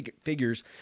figures